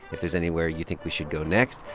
if there's anywhere you think we should go next,